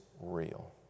real